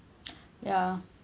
ya